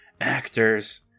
Actors